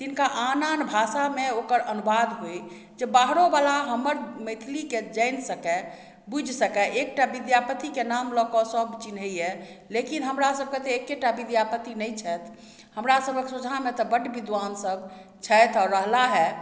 तिनका आन आन भाषामे ओकर अनुवाद होइ जे बाहरोवला हमर मैथिलीके जानि सकय बुझि सकय एकटा विद्यापतिके नाम लअ कऽ सब चिन्हइए लेकिन हमरा सबके तऽ एक्के टा विद्यापति नहि छथि हमरा सभहक सोझाँमे तऽ बड्ड विद्वान सब छथि आओर रहला हइ